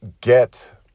get